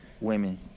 Women